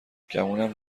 گمونم